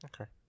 Okay